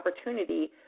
opportunity